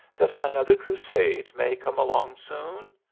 that another crusade may come along soon?